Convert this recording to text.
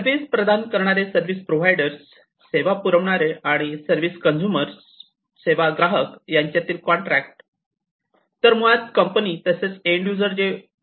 service प्रदान करणारे service provider सेवा पुरविणारे आणि सर्विस कंजूमर सेवा ग्राहक यांच्यातील कॉन्ट्रॅक्ट तर मुळात कंपनी तसेच एन्ड यूजर जे वापर करतात